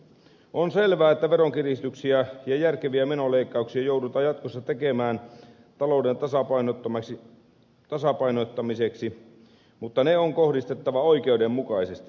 on selvää että veronkiristyksiä ja järkeviä menoleikkauksia joudutaan jatkossa tekemään talouden tasapainottamiseksi mutta ne on kohdistettava oikeudenmukaisesti